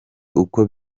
uko